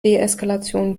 deeskalation